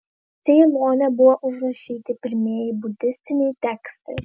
ceilone buvo užrašyti pirmieji budistiniai tekstai